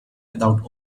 without